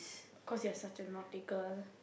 cause you are such a naughty girl